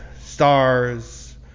stars